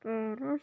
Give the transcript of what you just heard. Paris